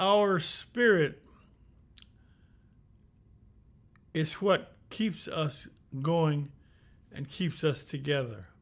our spirit is what keeps us going and keeps us together